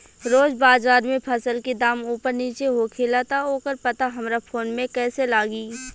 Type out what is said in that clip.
रोज़ बाज़ार मे फसल के दाम ऊपर नीचे होखेला त ओकर पता हमरा फोन मे कैसे लागी?